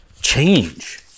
Change